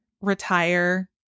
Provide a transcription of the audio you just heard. retire